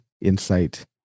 insight